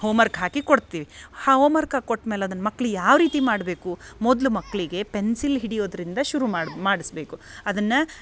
homework ಹಾಕಿ ಕೊಡ್ತೀವಿ homework ಹಾಕಿ ಕೊಟ್ಮೇಲೆ ಅದನ್ನ ಮಕ್ಕಳು ಯಾವ ರೀತಿ ಮಾಡಬೇಕು ಮೊದಲು ಮಕ್ಕಳಿಗೆ ಪೆನ್ಸಿಲ್ ಹಿಡಿಯೋದ್ರಿಂದ ಶುರು ಮಾಡಿ ಮಾಡ್ಸ್ಬೇಕು ಅದನ್ನ